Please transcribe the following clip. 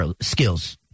skills